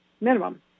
minimum